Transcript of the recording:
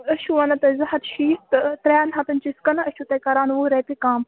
أسۍ چھِو وَنان تۄہہِ زٕ ہَتھ شیٖتھ تہٕ ترٛٮ۪ن ہَتن چھِ أسۍ کٕنان أسۍ چھُو تۄہہِ کَران وُہ رۄپیہِ کَم